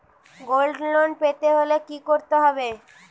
Gold loan পেতে হলে কি করতে হবে?